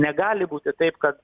negali būti taip kad